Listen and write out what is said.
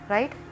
Right